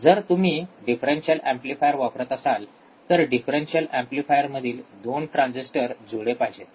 जर तुम्ही differential amplifier वापरत असाल तर डिफरेंशियल एम्पलीफायर मधील २ ट्रान्झिस्टर्स जुळले पाहिजेत